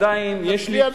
עדיין יש לי,